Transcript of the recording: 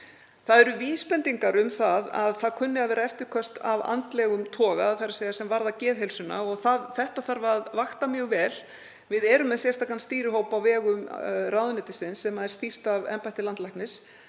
sterkar. Vísbendingar eru um að það kunni að vera eftirköst af andlegum toga, þ.e. sem varða geðheilsuna, og það þarf að vakta mjög vel. Við erum með sérstakan stýrihóp á vegum ráðuneytisins, sem er stýrt af embætti landlæknis,